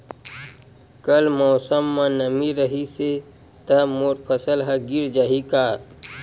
कल मौसम म नमी रहिस हे त मोर फसल ह गिर जाही का?